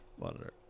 monitor